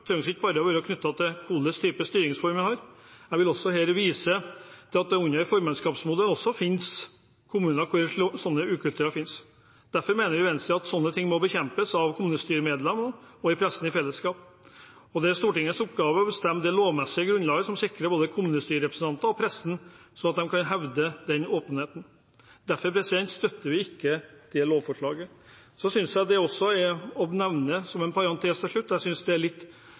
ikke bare være knyttet til hva slags type styringsform en har. Jeg vil vise til at det også under formannskapsmodellen finnes kommuner med sånne ukulturer. Derfor mener Venstre at sånne ting må bekjempes av kommunestyremedlemmer og av pressen i fellesskap, og det er Stortingets oppgave å bestemme det lovmessige grunnlaget som sikrer at både kommunestyrerepresentanter og pressen kan hevde denne åpenheten. Derfor støtter vi ikke dette lovforslaget. Som en parentes til slutt: Jeg synes det er litt merkelig at Arbeiderpartiets representant Lauvås, som påpeker at Kommunelovutvalget ikke er